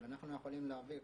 אבל אנחנו יכולים להעביר,